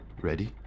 Ready